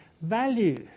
value